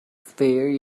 fear